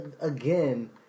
Again